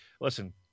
Listen